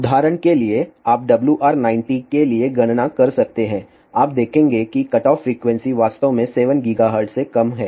उदाहरण के लिए आप WR 90 के लिए गणना कर सकते हैं आप देखेंगे कि कटऑफ फ्रीक्वेंसी वास्तव में 7 गीगाहर्ट्ज से कम है